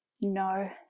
No